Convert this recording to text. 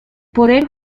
poder